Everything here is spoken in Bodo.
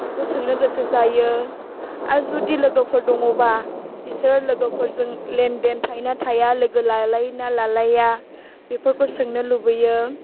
बेखौ सोंनो गोसो जायो आरो जुदि लोगोफोर दङबा बिसोरो लोगोफोरजों लेन देन थायो ना थाया लोगो लालायोना लालाया बेफोरखौ सोंनो लुबैयो